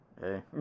Hey